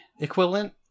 equivalent